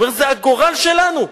זה הגורל שלנו.